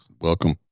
Welcome